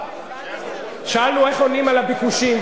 איך עונים על הביקושים,